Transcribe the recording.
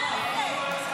ניצחון מוחלט.